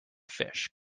fish